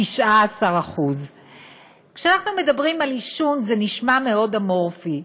19%. כשאנחנו מדברים על עישון זה נשמע מאוד אמורפי,